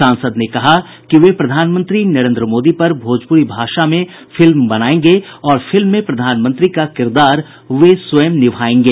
सांसद ने कहा कि वे प्रधानमंत्री नरेंद्र मोदी पर भोजपुरी भाषा में फिल्म बनाएंगे और फिल्म में प्रधानमंत्री का किरदार वह स्वयं निभाएंगे